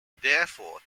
therefore